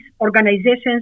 organizations